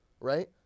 right